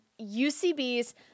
ucb's